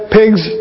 pigs